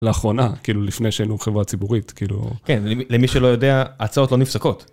לאחרונה, כאילו לפני שהיינו חברה ציבורית, כאילו... כן, למי שלא יודע, הצעות לא נפסקות.